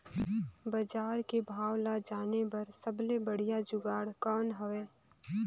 बजार के भाव ला जाने बार सबले बढ़िया जुगाड़ कौन हवय?